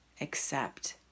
accept